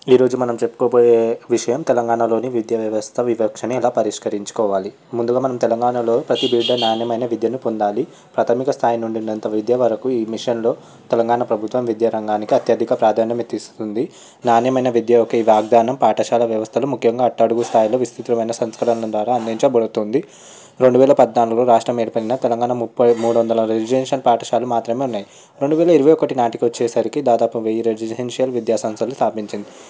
ఈరోజు మనం చెప్పుకో పోయే విషయం తెలంగాణలోని విద్య వ్యవస్థ వివక్షణను ఎలా పరిష్కరించుకోవాలి ముందుగా మనం తెలంగాణలో ప్రతిబిడ్డ నాణ్యమైన విద్యను పొందాలి ప్రాథమిక స్థాయి నుండి ఉన్నత విద్య వరకు ఈ మిషన్లో తెలంగాణ ప్రభుత్వం విద్యారంగానికి అత్యధిక ప్రాధాన్యం అయితే ఇస్తుంది నాణ్యమైన విద్య ఒకే వాగ్దానం పాఠశాల వ్యవస్థను ముఖ్యంగా అట్టడుగు స్థాయిలో విసృతమైన సంస్థల ద్వారా అందించబడుతుంది రెండువేల పద్నాలుగు రాష్ట్రం ఏర్పడిన తెలంగాణ ముప్పై మూడు వందల రెసిడెన్షియల్ పాఠశాల మాత్రమే ఉన్నాయి రెండు వేల ఇరవై ఒకటినాటికి వచ్చేసరికి దాదాపు వెయ్యి రెసిడెన్షియల్ విద్యాసంస్థలు స్థాపించింది